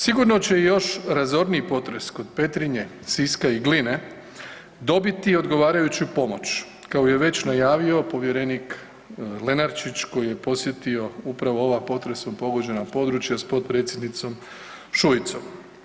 Sigurno će i još razorniji potres kod Petrinje, Siska i Gline dobiti odgovarajuću pomoć koju je već najavio povjerenik Lenarčič koji je posjetio upravo ova potresom pogođena područja s potpredsjednicom Šuicom.